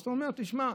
אז אתה אומר: תשמע,